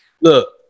look